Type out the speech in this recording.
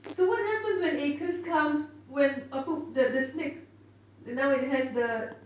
so what happens when ACRES comes when apa the the snake now it has the